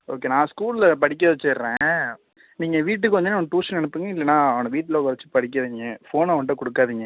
okay நான் ஸ்கூலில் படிக்க வச்சிடுறேன் நீங்கள் வீட்டுக்கு வந்தவொடனே அவனை டியூஷன் அனுப்புங்கள் இல்லைனா அவனை வீட்டில் உக்கார வச்சு படிக்க வைங்க ஃபோனை அவன்கிட்ட கொடுக்காதீங்க